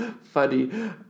funny